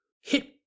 hit